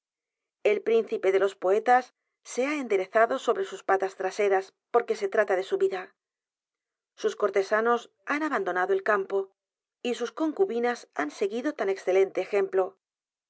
el principe de los poetas se h a enderezado sobre sus patas traseras porque se t r a t a de su vida sus cortesanos han abandonado el campo y sus concubinas han seguido tan excelente ejemplo